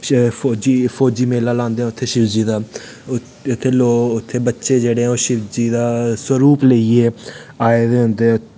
फौजी मेला लांदे ऐं उत्थें शिवजी दा उत्थै लोग उत्थै बच्चे जेह्ड़े ऐं ओह् शिवजी दा स्वरूप लेइयै आए दे होंदे